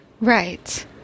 Right